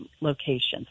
locations